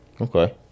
Okay